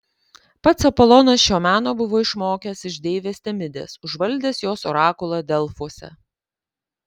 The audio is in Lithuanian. pats apolonas šio meno buvo išmokęs iš deivės temidės užvaldęs jos orakulą delfuose